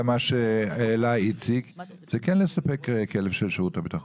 למה שהעלה איציק זה כן לספק כלב של משרד הביטחון.